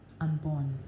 unborn